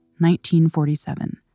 1947